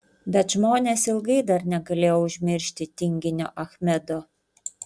bet žmonės ilgai dar negalėjo užmiršti tinginio achmedo